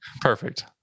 Perfect